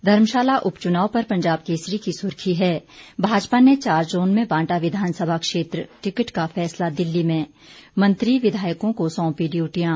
धर्मशाला उपचुनाव पर पंजाब केसरी की सुर्खी है भाजपा ने चार जोन में बांटा विधानसभा क्षेत्र टिकट का फैसला दिल्ली में मंत्री विधायकों को सोंपी डयूटियां